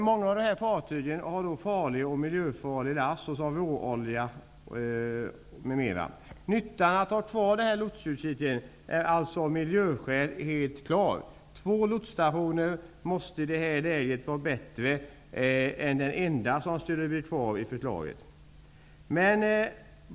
Många av dessa fartyg har farlig och miljöfarlig last, exempelvis råolja. Nyttan av att ha kvar lotsutkiken är alltså av miljöskäl helt klar. Två lotsstationer måste i det här läget vara bättre än en enda, vilket skulle bli resultatet av förslaget.